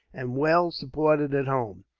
and well supported at home.